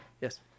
Yes